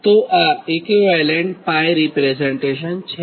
તો આ equivalent π representation છે